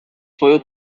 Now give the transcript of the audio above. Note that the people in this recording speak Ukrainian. свою